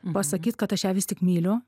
pasakyt kad aš ją vis tik myliu